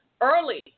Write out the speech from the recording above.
early